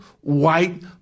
white